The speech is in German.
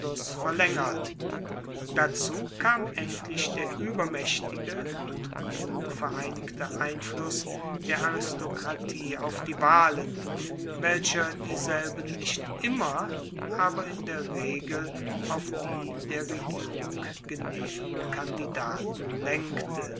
verlaengert dazu kam endlich der uebermaechtige und klug vereinigte einfluss der aristokratie auf die wahlen welcher dieselben nicht immer aber in der regel auf die der regierung genehmen kandidaten lenkte